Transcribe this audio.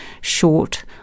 short